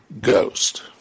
ghost